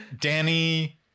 Danny